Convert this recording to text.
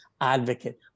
advocate